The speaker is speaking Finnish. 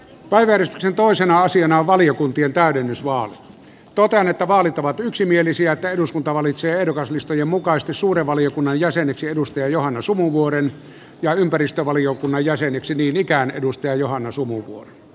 waivers ja toisena asiana valiokuntien täydennysvaali vaali on yksimielinen ja että eduskunta valitsee ehdokaslistan mukaisesti suuren valiokunnan jäseneksi johanna sumuvuoren ja ympäristövaliokunnan jäseneksi niin ikään johanna sumun